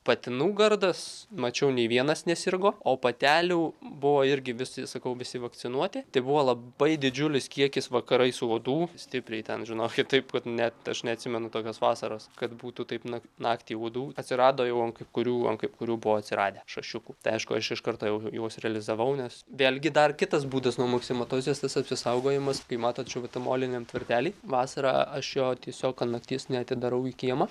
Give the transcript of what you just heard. patinų gardas mačiau nei vienas nesirgo o patelių buvo irgi visi sakau visi vakcinuoti tai buvo labai didžiulis kiekis vakarais uodų stipriai ten žinokit taip kad net aš neatsimenu tokios vasaros kad būtų taip na naktį uodų atsirado jau ant kai kurių ant kai kurių buvo atsiradę šašiukų tai aišku aš iš karto jau juos realizavau nes vėlgi dar kitas būdas nuo maksimatozės tas apsisaugojimas kai matot čia vat tam moliniam tvartely vasarą aš jo tiesiog ant nakties neatidarau į kiemą